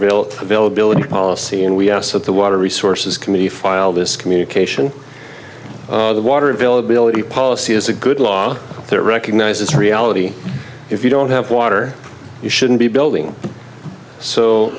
bill availability policy and we asked at the water resources committee file this communication water availability policy is a good law that recognizes reality if you don't have water you shouldn't be building so